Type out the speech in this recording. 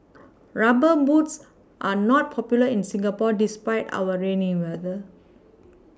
rubber boots are not popular in Singapore despite our rainy weather